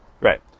Right